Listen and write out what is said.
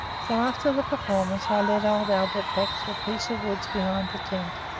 so, after the performance i led old albert back to a piece of woods behind the tents,